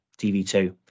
TV2